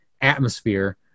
atmosphere